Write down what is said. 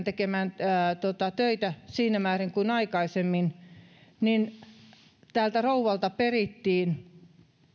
tekemään töitä siinä määrin kuin aikaisemmin niin tältä rouvalta perittiin